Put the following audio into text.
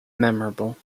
memorable